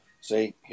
See